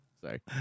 Sorry